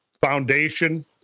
foundation